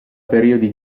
periodi